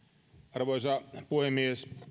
arvoisa puhemies